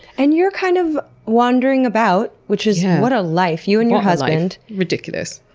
and you're kind of wandering about, which is, what a life. you and your husband. ridiculous.